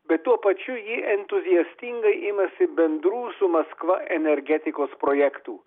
bet tuo pačiu ji entuziastingai imasi bendrų su maskva energetikos projektų